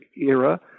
era